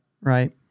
right